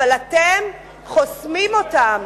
אבל אתם חוסמים אותן.